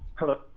hello.